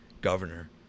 governor